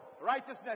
righteousness